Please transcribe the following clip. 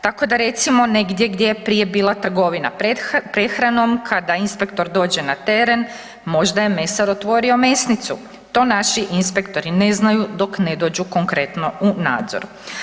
Tako da recimo negdje gdje je prije bila trgovina prehranom kada inspektor dođe na teren možda je mesar otvorio mesnicu, to naši inspektori ne znaju dok ne dođu konkretno u nadzor.